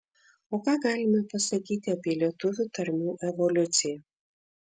o ką galime pasakyti apie lietuvių tarmių evoliuciją